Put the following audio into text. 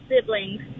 siblings